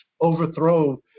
overthrow